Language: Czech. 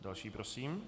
Další prosím.